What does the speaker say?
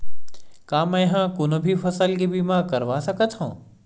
का मै ह कोनो भी फसल के बीमा करवा सकत हव?